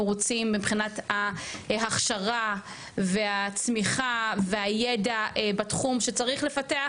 רוצים מבחינת ההכשרה והצמיחה והידע בתחום שצריך לפתח,